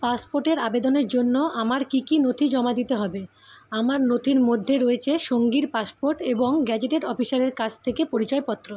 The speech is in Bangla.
পাসপোর্টের আবেদনের জন্য আমার কী কী নথি জমা দিতে হবে আমার নথির মধ্যে রয়েছে সঙ্গীর পাসপোর্ট এবং গ্যাজেটেড অফিসারের কাছ থেকে পরিচয়পত্র